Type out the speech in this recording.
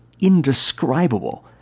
indescribable